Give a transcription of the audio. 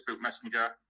Messenger